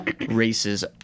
races